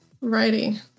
Righty